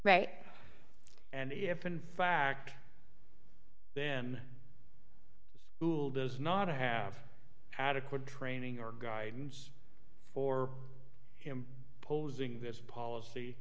right and if in fact then hul does not have adequate training or guidance for him posing as policy